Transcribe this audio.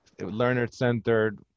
learner-centered